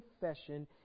confession